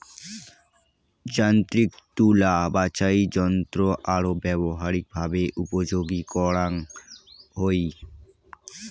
যান্ত্রিক তুলা বাছাইযন্ত্রৎ আরো ব্যবহারিকভাবে উপযোগী করাঙ হই